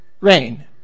Rain